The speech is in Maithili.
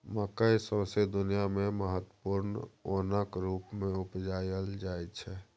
मकय सौंसे दुनियाँ मे महत्वपूर्ण ओनक रुप मे उपजाएल जाइ छै